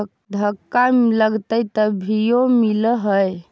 धक्का लगतय तभीयो मिल है?